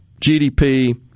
GDP